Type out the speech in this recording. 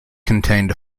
contained